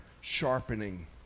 sharpening